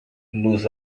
nos